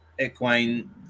equine